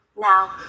Now